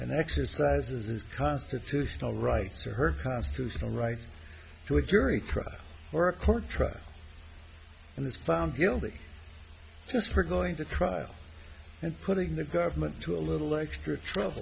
and exercises his constitutional rights or her constitutional rights to a jury trial or a court trial and this found guilty just for going to trial and putting the government to a little extra trouble